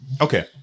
Okay